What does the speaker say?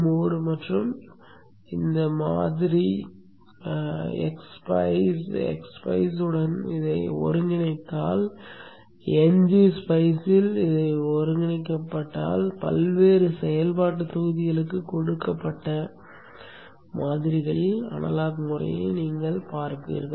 x spice உடன் ஒருங்கிணைக்கப்பட்டால் ngSpice இல் ஒருங்கிணைக்கப்பட்டால் பல்வேறு செயல்பாட்டுத் தொகுதிகளுக்குக் கொடுக்கப்பட்ட மாதிரிகளில் அனலாக் முறையைப் பார்ப்பீர்கள்